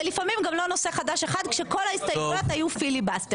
לפעמים גם לא נושא חדש אחד כאשר כל ההסתייגויות היו פיליבסטר.